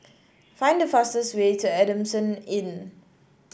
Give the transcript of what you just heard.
find the fastest way to Adamson Inn